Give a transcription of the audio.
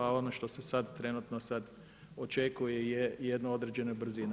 A ono što se sad trenutno sad očekuje je jedno određena brzina.